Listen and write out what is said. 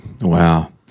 Wow